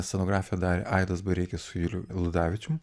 scenografiją darė aidas bareikis su juliu ludavičium